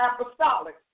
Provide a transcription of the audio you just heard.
apostolic